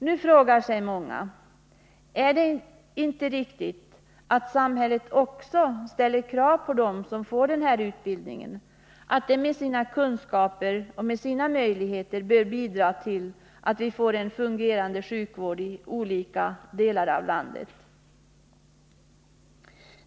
Nu frågar sig många: Är det inte riktigt att samhället också ställer krav på dem som får den här utbildningen, att de med sina kunskaper och med sina möjligheter bör bidra till att vi får en fungerande sjukvård i olika delar av landet?